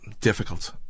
difficult